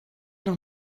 noch